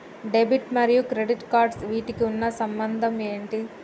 Debit మరియు credit cards వీటికి ఉన్న సంబంధం ఏంటి?